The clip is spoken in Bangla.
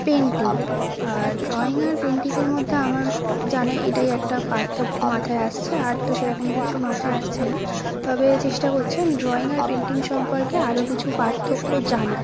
পেন্টিং আর ড্রয়িং আর পেন্টিংয়ের মধ্যে আমার জানা এটাই একটা পার্থক্য মাথায় আসছে আর তো সেরকম কিছু মাথায় আসছে না তবে চেষ্টা করছি আমি ড্রইং আর পেন্টিং সম্পর্কে আরো কিছু পার্থক্য জানার